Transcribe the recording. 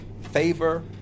favor